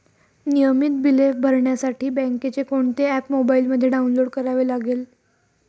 नियमित बिले भरण्यासाठी बँकेचे कोणते ऍप मोबाइलमध्ये डाऊनलोड करावे लागेल?